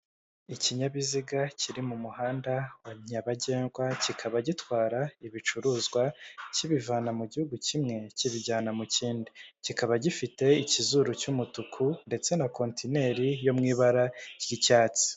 Ikinyabiziga kiri mu muhanda wa nyabagendwa kikaba gitwara ibicuruzwa kibivana mu gihugu kimwe kibijyana mu kindi, kikaba gifite ikizuru cy'umutuku ndetse na kontineri yo mu ibara ry'icyatsi.